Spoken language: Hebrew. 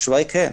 התשובה היא כן.